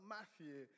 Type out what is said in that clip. Matthew